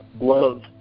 love